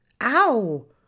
Ow